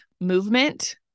Movement